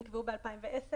נקבעו ב-2010.